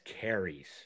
carries